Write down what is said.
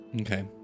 Okay